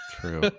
true